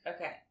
okay